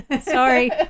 Sorry